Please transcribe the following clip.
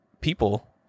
people